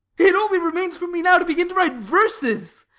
it only remains for me now to begin to write verses!